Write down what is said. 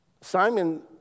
Simon